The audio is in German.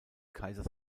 kaisers